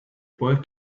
boy